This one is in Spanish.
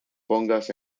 pongas